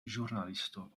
ĵurnalisto